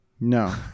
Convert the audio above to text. No